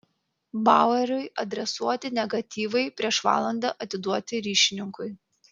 baueriui adresuoti negatyvai prieš valandą atiduoti ryšininkui